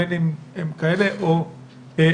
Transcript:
בין אם הן כאלה או אחרות.